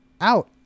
out